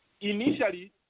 initially